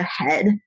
ahead